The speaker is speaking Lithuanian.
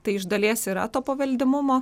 tai iš dalies yra to paveldimumo